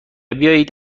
بیایید